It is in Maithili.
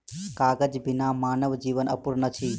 कागज बिना मानव जीवन अपूर्ण अछि